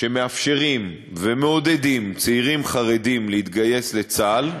שמאפשרים ומעודדים צעירים חרדים להתגייס לצה"ל,